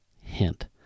hint